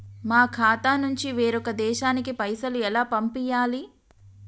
మా ఖాతా నుంచి వేరొక దేశానికి పైసలు ఎలా పంపియ్యాలి?